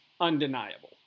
undeniable